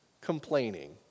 complaining